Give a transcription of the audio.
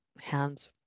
Hands